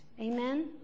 Amen